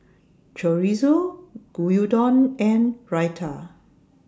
Chorizo Gyudon and Raita